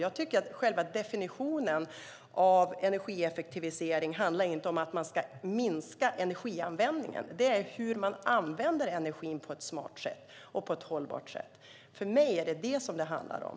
Jag tycker att definitionen av energieffektivisering inte är att man ska minska energianvändningen utan hur man använder energin på ett smart och hållbart sätt. För mig är det vad det handlar om.